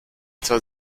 etwa